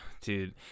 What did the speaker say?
dude